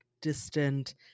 distant